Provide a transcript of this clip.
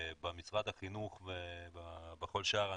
במשרד החינוך ובכל שאר המשרדים.